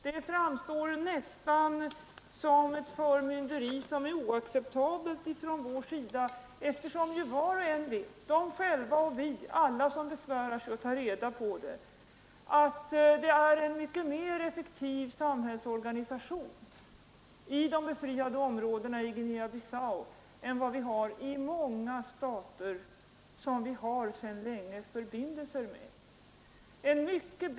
Det framstår nästan som ett förmynderi som är oacceptabelt från vår sida. Var och en vet — de själva, vi och alla som besvärar sig att ta reda på det — att det är en mycket mer effektiv samhällsorganisation i de befriade områdena i Guinea-Bissau än vad man har i många stater som vi sedan länge har förbindelser med.